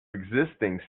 existing